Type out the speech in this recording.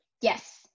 Yes